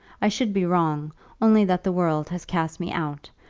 i should be wrong only that the world has cast me out,